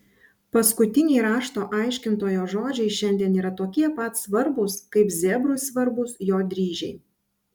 paskutiniai rašto aiškintojo žodžiai šiandien yra tokie pat svarbūs kaip zebrui svarbūs jo dryžiai